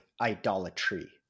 idolatry